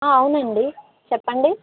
అవునండి చెప్పండి